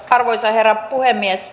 arvoisa herra puhemies